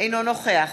אינו נוכח